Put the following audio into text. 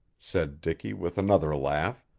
said dicky with another laugh.